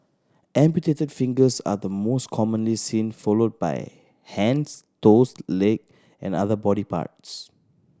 amputated fingers are the most commonly seen followed by hands toes leg and other body parts